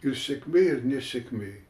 ir sėkmėj ir nesėkmėj